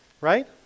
right